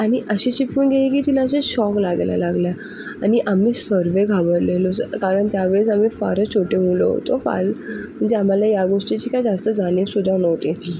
आणि अशी चिपकून गेली की तिला असं शॉक लागल्या लागल्या आणि आम्ही सर्व घाबरलो स कारण त्यावेळेस आम्ही फारच छोटे मुलं होतो फार म्हणजे आम्हाला या गोष्टीची काही जास्त जाणीवसुद्धा नव्हती